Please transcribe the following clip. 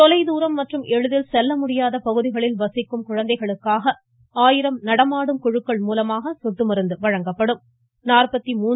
தொலைதூரம் மற்றும் எளிதில் செல்ல முடியாத பகுதிகளில் வசிக்கும் குழந்தைகளுக்காக ஆயிரம் நடமாடும் குழுக்கள் மூலமாக சொட்டு மருந்து வழங்க ஏற்பாடு செய்யப்பட்டுள்ளது